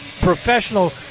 professional